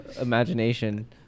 imagination